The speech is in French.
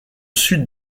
sud